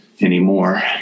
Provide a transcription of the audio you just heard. anymore